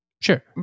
sure